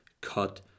cut